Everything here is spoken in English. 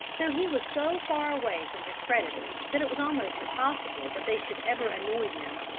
though he was so far away from his creditors that it was almost impossible that they should ever annoy him,